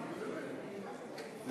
חברי חברי הכנסת,